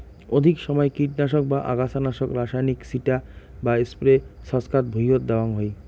অধিক সমাই কীটনাশক বা আগাছানাশক রাসায়নিক ছিটা বা স্প্রে ছচকাত ভুঁইয়ত দ্যাওয়াং হই